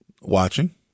Watching